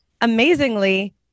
amazingly